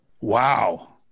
wow